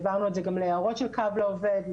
העברנו את זה גם להערות של קו לעובד,